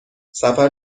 سفر